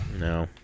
No